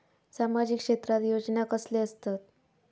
सामाजिक क्षेत्रात योजना कसले असतत?